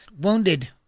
Wounded